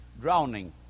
drowning